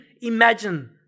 imagine